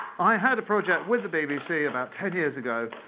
i had a project with the bbc about ten years ago,